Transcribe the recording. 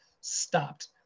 stopped